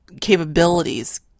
capabilities